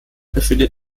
befindet